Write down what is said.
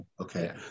okay